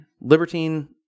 Libertine